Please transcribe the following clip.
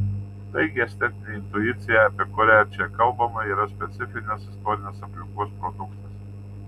taigi estetinė intuicija apie kurią čia kalbama yra specifinės istorinės aplinkos produktas